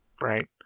right